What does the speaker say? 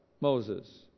Moses